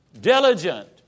diligent